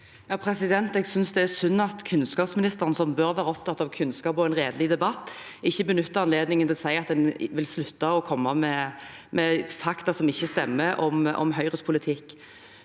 (H) Jeg synes det er synd at kunnskapsministeren, som bør være opptatt av kunnskap og en redelig debatt, ikke benytter anledningen til å si at en vil slutte å komme med fakta som ikke stemmer om Høyres politikk.